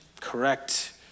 correct